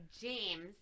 James